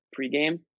pregame